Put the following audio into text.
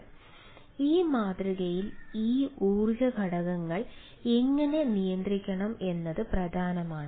അതിനാൽ ഈ മാതൃകയിൽ ഈ ഊർജ്ജ ഘടകങ്ങൾ എങ്ങനെ നിയന്ത്രിക്കണം എന്നത് പ്രധാനമാണ്